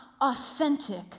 authentic